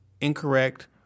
incorrect